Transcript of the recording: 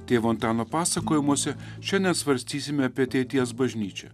tėvo antano pasakojimuose šiandien svarstysime apie ateities bažnyčią